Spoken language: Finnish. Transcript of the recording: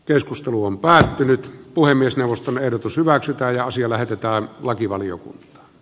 keskustelu on päättynyt puhemiesneuvoston ehdotus hyväksytään ja asia lähetetään lakivalio